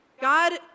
God